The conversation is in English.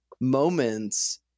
moments